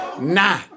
nah